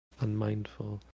unmindful